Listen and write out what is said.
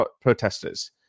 protesters